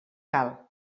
cal